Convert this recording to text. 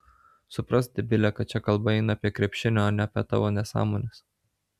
suprask debile kad čia kalba eina apie krepšinį o ne apie tavo nesąmones